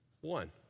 one